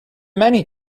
many